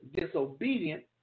disobedient